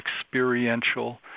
experiential